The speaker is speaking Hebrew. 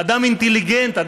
אדם אינטליגנטי,